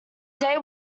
date